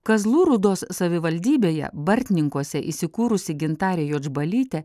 kazlų rūdos savivaldybėje bartninkuose įsikūrusi gintarė juodžbalytė